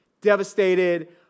Devastated